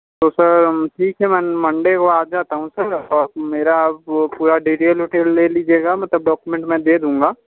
तो सर ठीक है मैं मंडे को आ जाता हूँ सर और मेरा पूरा वो डिटेल उटेल ले लीजिएगा मतलब डॉक्यूमेंट मैं दे दूंगा